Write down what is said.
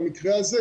במקרה הזה,